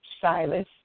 Silas